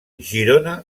girona